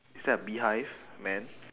is that a beehive man